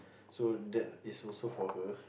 so that is also for her